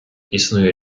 існує